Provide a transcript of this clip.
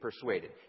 persuaded